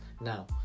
now